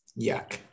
Yuck